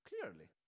clearly